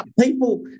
people